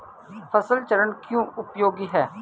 फसल चरण क्यों उपयोगी है?